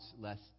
less